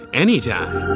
anytime